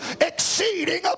exceeding